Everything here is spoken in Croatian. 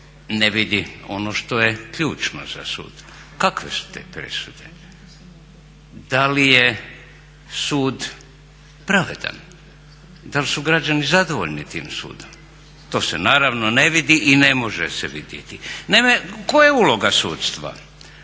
ne vidi ono što je ključno za sud, kakve su te presude. Da li je sud pravedan, da li su građani zadovoljni tim sudom, to se naravno ne vidi i ne može se vidjeti. Naime, koja je uloga sudstva?